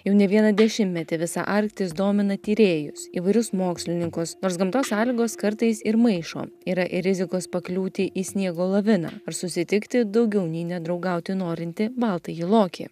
jau ne vieną dešimtmetį visa arktis domina tyrėjus įvairius mokslininkus nors gamtos sąlygos kartais ir maišo yra ir rizikos pakliūti į sniego laviną ar susitikti daugiau nei nedraugauti norintį baltąjį lokį